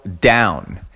down